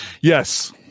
Yes